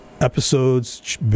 episodes